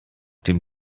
dem